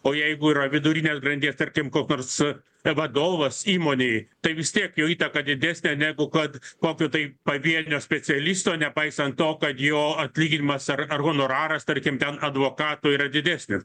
o jeigu yra vidurinės grandies tarkim kok nors vadovas įmonėj tai vis tiek jo įtaka didesnė negu kad kokip tai pavienio specialisto nepaisant to kad jo atlyginimas ar ar honoraras tarkim ten advokatų yra didesnis